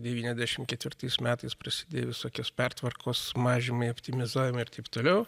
devyniasdešimt ketvirtais metais prasidėjo visokios pertvarkos mažinimai optimizavimai ir taip toliau